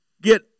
get